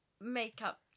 Makeup